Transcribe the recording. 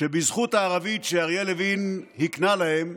ובזכות הערבית שאריה לוין הקנה להם,